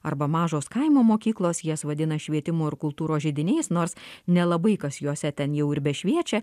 arba mažos kaimo mokyklos jas vadina švietimo ir kultūros židiniais nors nelabai kas jose ten jau ir bešviečia